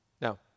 Now